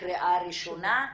בקריאה ראשונה,